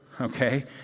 okay